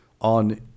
on